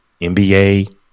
NBA